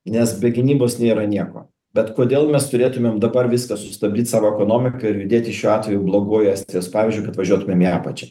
nes be gynybos nėra nieko bet kodėl mes turėtumėm dabar viską sustabdyt savo ekonomiką ir judėti šiuo atveju blogoju estijos pavyzdžiu kad važiuotumėm į apačią